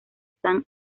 san